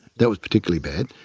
that was particularly bad.